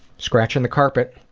scratching the carpet.